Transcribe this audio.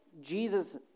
Jesus